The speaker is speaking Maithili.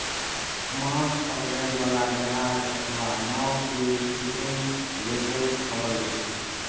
माछ पकड़ै बला जहाज अथवा नाव कें फिशिंग वैसेल्स कहल जाइ छै